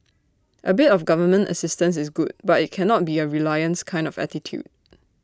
A bit of government assistance is good but IT cannot be A reliance kind of attitude